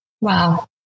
Wow